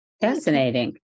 Fascinating